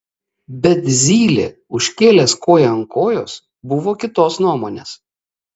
bet zylė užkėlęs koją ant kojos buvo kitos nuomones